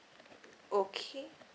okay